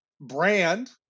Brand